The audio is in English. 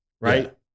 right